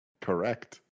Correct